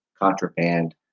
contraband